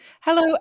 Hello